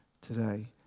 today